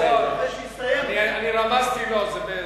פי-שניים, רמזתי לו.